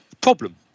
problem